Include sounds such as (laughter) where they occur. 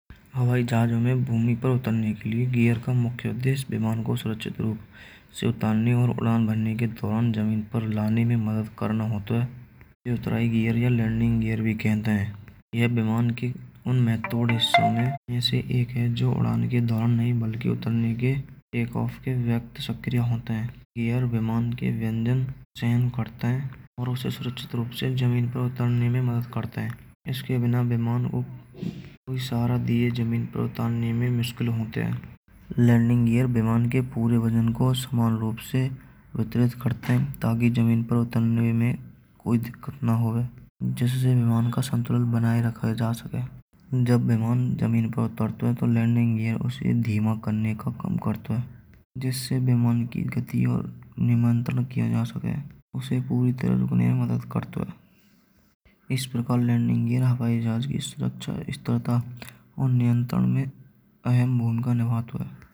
हवाई जहाजो में भूमि पर उतरने के लिए ग़ैर का मुख्य उद्देश्य विमान को सुरक्षित रूप से उतारने और उड़ान भरने के दौरान ज़मीन पर लाने में मदद करणो होतॉय है। यह उतरे ग़ैर और लेंडिंग ग़ैर भी कहते है। यह विमान के उन (noise) महत्वपूर्ण हिस्सों में से एक है जो उड़ान के दौरान नहीं बल्कि उतरने के एक ऑफ के वक्त सक्रिय होते हैं। एअर विमान के व्यंजन शयन करते हैं और उसे सुरक्षित रूप से ज़मीन पर उतारने में मदद करते हैं। इसके बिना विमान उफ उब सहारा दिए ज़मीन पर उतरने में मुश्किल होत है। लेंडिंग एअर विमान के पूरे वजन को समान रूप से वितरित करते हैं, ताकि ज़मीन पर उतरने में कोई दिक्कत न होवे जिससे विमान का संतुलन बनाया रखा जा सके। जब विमान ज़मीन पर उतारता है, तो लेंडिंग एअर उसे धीमा करने को काम करता है। जिससे विमान की गती और निमांतर किया जा सके उसे पूरी तरह रुकने में मदद कर्तो है। इस प्रकार लेंडिंग एअर हवाई जहाज की सुरक्षा और इस्तिरता और नियंत्रण में अहम भूमिका निभतो है।